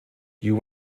you